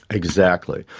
exactly.